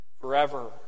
forever